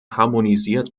harmonisiert